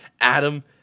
Adam